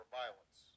violence